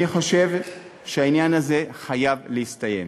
אני חושב שהעניין הזה חייב להסתיים.